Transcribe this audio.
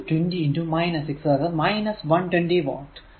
p1 20 6 അതായതു 120 watt ആണ്